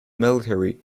military